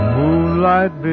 moonlight